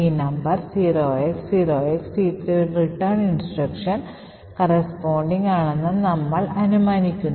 ഈ number 0x0XC3 ഒരു return instruction Corresponding ആണെന്ന് നമ്മൾ അനുമാനിക്കുന്നു